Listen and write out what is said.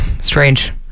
strange